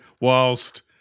whilst